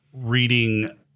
reading